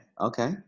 okay